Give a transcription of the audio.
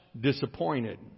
disappointed